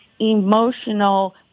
emotional